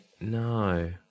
No